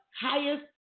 highest